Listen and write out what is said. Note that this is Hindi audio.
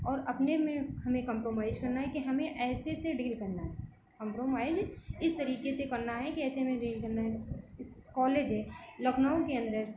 और अपने में हमें कम्प्रोमाइज करना है कि हमें ऐसे ऐसे डील करना है कम्प्रोमाइज इस तरीके से करना है कि ऐसे हमें डील करना है इस कॉलेज है लखनऊ के अंदर